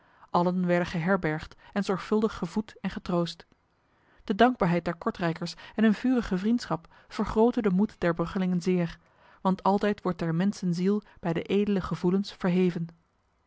allen werden geherbergd en zorgvuldig gevoed en getroost de dankbaarheid der kortrijkers en hun vurige vriendschap vergrootte de moed der bruggelingen zeer want altijd wordt der mensen ziel bij edele gevoelens verheven